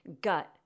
gut